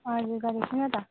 हजुर गरेको छैन त